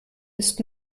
ist